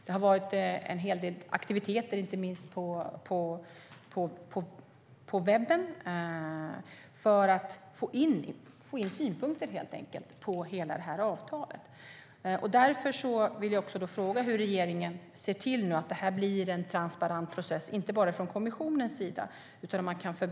Det har varit en hel del aktiviteter, inte minst på webben, för att få in synpunkter på avtalet. Därför vill jag fråga hur regeringen ska se till att det blir en transparent process, inte bara från kommissionens sida.